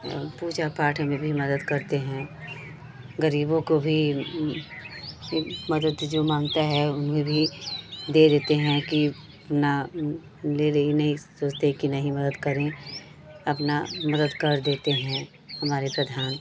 एवं पूजा पाठ में भी मदद करते हैं ग़रीबों को भी मदद जो माँगता है उन्हें भी दे देते हैं कि अपना ले ले यह नहीं सोचते कि नहीं मदद करें अपना मदद कर देते हैं हमारे प्रधान